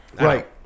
right